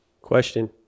Question